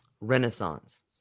Renaissance